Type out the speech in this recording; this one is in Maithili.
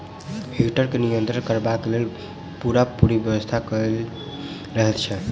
हीटर के नियंत्रण करबाक लेल पूरापूरी व्यवस्था कयल रहैत छै